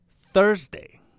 Thursday